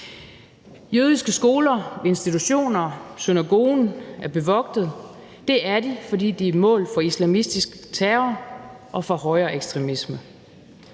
Jødiske skoler, institutioner og synagogen er bevogtede. Det er de, fordi de er mål for islamistisk terror og for højreekstremisme.